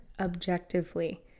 objectively